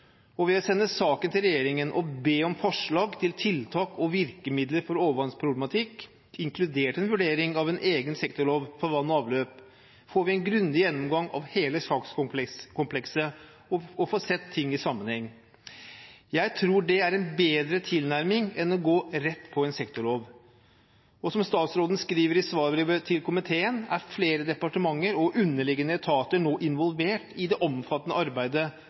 sende saken til regjeringen og be om forslag til tiltak og virkemidler for overvannsproblematikk, inkludert en vurdering av en egen sektorlov for vann og avløp, får vi en grundig gjennomgang av hele sakskomplekset og får sett ting i sammenheng. Jeg tror det er en bedre tilnærming enn å gå rett på en sektorlov. Og som statsråden skriver i svarbrevet til komiteen, er flere departementer og underliggende etater nå involvert i det omfattende arbeidet